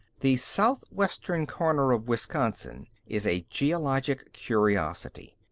the southwestern corner of wisconsin is a geologic curiosity.